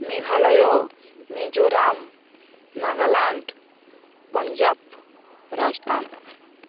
Meghalaya Mizoram Nagaland Punjab Rajasthan